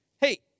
Hey